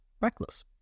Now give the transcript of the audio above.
reckless